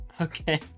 Okay